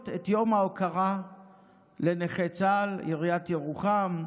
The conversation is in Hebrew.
את יום ההוקרה לנכי צה"ל: עיריית ירוחם,